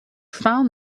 found